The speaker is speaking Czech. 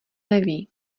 neví